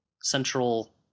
central